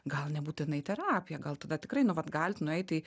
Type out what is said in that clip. gal nebūtinai terapija gal tada tikrai nu vat galit nueiti į